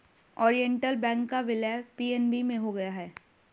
Oriental Bank का विलय PNB में हो गया है